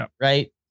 Right